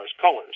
colors